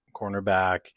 cornerback